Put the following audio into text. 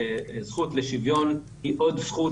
זכות לשוויון היא עוד זכות,